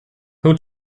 who